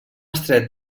estret